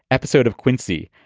episode of quincy.